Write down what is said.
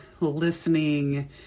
listening